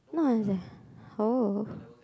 not exact oh